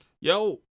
Yo